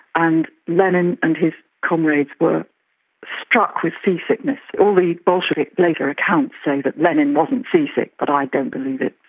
and lennon and his comrades were struck with seasickness. all the bolshevik later accounts say that lenin wasn't seasick but i don't believe it,